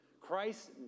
Christ